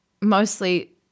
mostly